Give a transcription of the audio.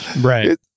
Right